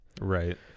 Right